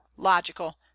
logical